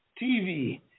TV